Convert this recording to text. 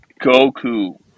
Goku